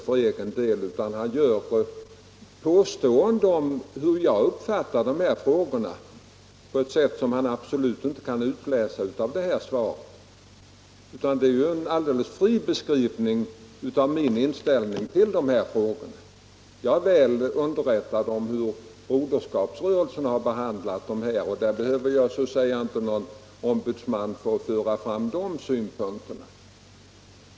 Han kommer med påståenden om min uppfattning i dessa frågor som han absolut inte kan grunda på mitt svar. Detta är en alldeles fri beskrivning av min inställning i dessa frågor. Jag är väl underrättad om hur Broderskapsrörelsen ser på denna fråga, och jag behöver inte något ombud för att få veta dess ståndpunkt.